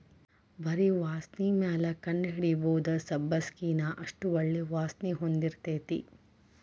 ಬರಿ ವಾಸ್ಣಿಮ್ಯಾಲ ಕಂಡಹಿಡಿಬಹುದ ಸಬ್ಬಸಗಿನಾ ಅಷ್ಟ ಒಳ್ಳೆ ವಾಸ್ಣಿ ಹೊಂದಿರ್ತೈತಿ